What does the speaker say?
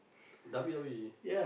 W_O_E